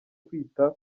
kwita